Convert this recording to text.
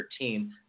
2013